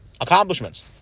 accomplishments